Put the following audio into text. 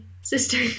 sister